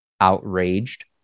outraged